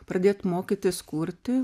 pradėt mokytis kurti